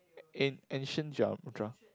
an~ ancient drav dra